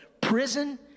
prison